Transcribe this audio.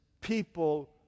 people